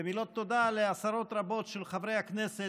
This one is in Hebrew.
ומילות תודה לעשרות רבות של חברי הכנסת,